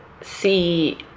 see